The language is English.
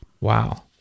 Wow